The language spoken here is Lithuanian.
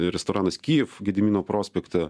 restoranas kijiv gedimino prospekte